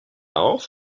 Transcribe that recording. auf